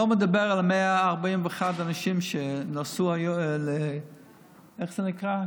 אני לא מדבר על 141 אנשים שנסעו, איך זה נקרא?